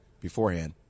beforehand